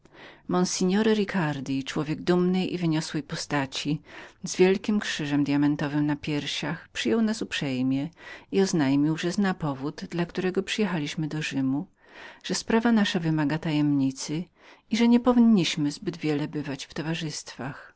rzymie signor ricardi człowiek dumnej i wyniosłej postaci z wielkim krzyżem djamentowym na piersiach przyjął nas dość uprzejmie i oznajmił że znał powód dla którego przyjechaliśmy do rzymu że sprawa nasza wymagała tajemnicy i że nie powinniśmy byli zbyt słaniać się po towarzystwach